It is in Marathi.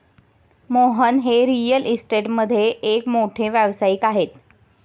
मोहन हे रिअल इस्टेटमधील एक मोठे व्यावसायिक आहेत